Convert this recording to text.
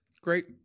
Great